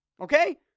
Okay